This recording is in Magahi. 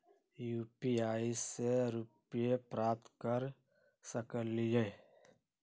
यू.पी.आई से रुपए प्राप्त कर सकलीहल?